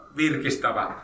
virkistävä